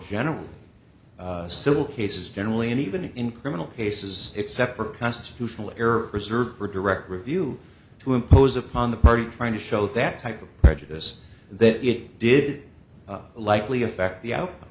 generally civil cases generally and even in criminal cases except for constitutional error reserved for direct review to impose upon the party trying to show that type of prejudice that it did likely affect